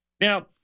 Now